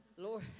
Lord